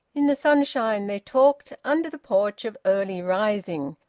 in the sunshine they talked under the porch of early rising,